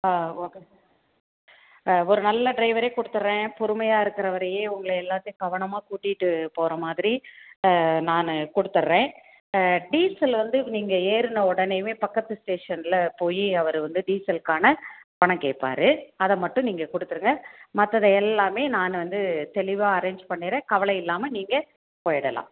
ஆ okay ஒரு நல்ல டிரைவரே கொடுத்துறேன் பொறுமையாக இருக்கிறவரையே உங்களை எல்லாத்தையும் கவனமாக கூட்டிகிட்டு போகிற மாதிரி நான் கொடுத்துறேன் டீசல் வந்து நீங்கள் ஏறின உடனேவே பக்கத்து ஸ்டேஷனில் போய் அவர் வந்து டீசலுக்கான பணம் கேட்பாரு அதை மட்டும் நீங்கள் கொடுத்துருங்க மற்றதை எல்லாமே நான் வந்து தெளிவாக அரேஞ்ச் பண்ணிடுறேன் கவலை இல்லாமல் நீங்கள் போய்விடலாம்